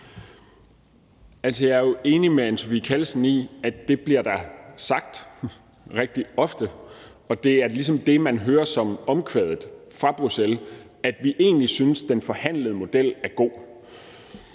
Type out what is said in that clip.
Jeg er jo enig med Anne Sophie Callesen i, at det da rigtig ofte bliver sagt, og at det ligesom er det, man hører som omkvædet fra Bruxelles: Vi synes egentlig, den forhandlede model er god.